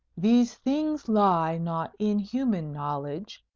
these things lie not in human knowledge,